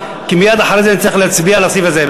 כי מייד אחרי זה נצטרך להצביע על הסעיף הזה.